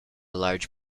large